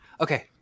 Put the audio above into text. Okay